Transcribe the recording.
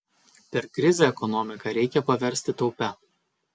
per krizę ekonomiką reikia paversti taupia